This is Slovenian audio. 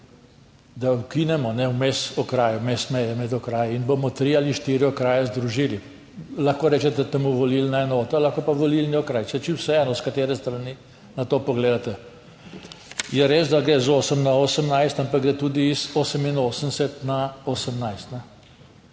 da ukinemo vmes okraje, vmes meje med okraji in bomo tri ali štiri okraje združili. Lahko rečete temu volilna enota, lahko pa volilni okraj, saj je čisto vseeno, s katere strani na to pogledate. Je res, da gre z 8 na 18, ampak gre tudi iz 88 na 18.